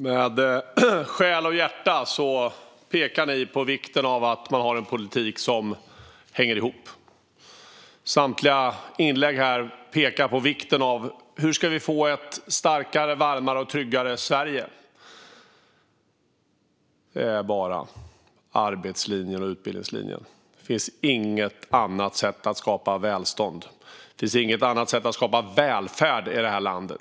Herr talman! Med själ och hjärta pekar ledamöterna på vikten av en politik som hänger ihop, och samtliga inlägg här pekar på vikten av att få ett starkare, varmare och tryggare Sverige. Där finns bara arbetslinjen och utbildningslinjen. Det finns inget annat sätt att skapa välstånd och välfärd i detta land.